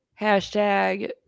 Hashtag